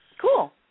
Cool